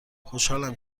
خوشحالم